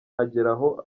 ageraho